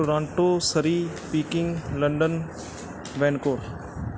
Toronto Surrey pickering London Vancouver